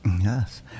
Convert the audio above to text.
Yes